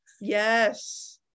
yes